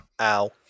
Ow